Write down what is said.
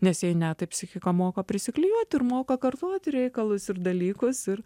nes jei ne tai psichika moka prisiklijuoti ir moka kartoti reikalus ir dalykus ir